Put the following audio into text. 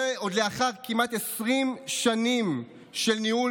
זה עוד לאחר כמעט 20 שנים של ניהול